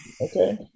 okay